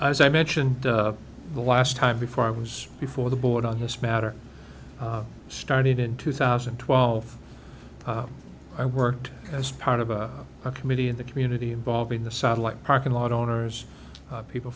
as i mentioned the last time before i was before the board on this matter started in two thousand and twelve i worked as part of a committee in the community involving the satellite parking lot owners of people